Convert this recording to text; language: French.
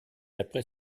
après